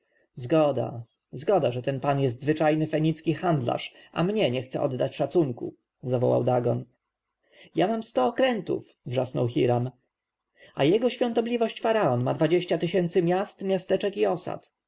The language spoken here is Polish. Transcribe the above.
zgoda zgoda że ten pan jest zwyczajny fenicki handlarz a mnie nie chce oddać szacunku zawołał dagon ja mam sto okrętów wrzasnął hiram a jego świątobliwość faraon ma dwadzieścia tysięcy miast miasteczek i osad